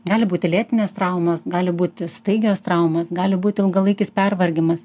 gali būti lėtinės traumos gali būti staigios traumos gali būt ilgalaikis pervargimas